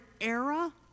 era